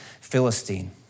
Philistine